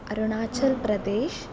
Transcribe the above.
Arunachal Pradesh